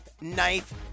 Knife